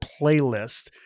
playlist